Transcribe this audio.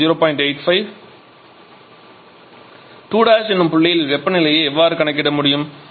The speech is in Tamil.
85 2 எனும் புள்ளியில் வெப்பநிலையை எவ்வாறு கணக்கிட முடியும்